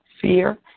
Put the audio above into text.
fear